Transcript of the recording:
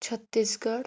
Chhattisgarh